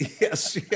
Yes